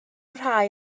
rhai